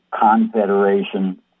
Confederation